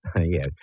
Yes